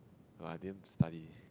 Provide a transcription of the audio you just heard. no I didn't study